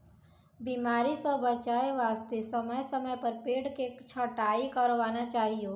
बीमारी स बचाय वास्तॅ समय समय पर पेड़ के छंटाई करवाना चाहियो